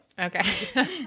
Okay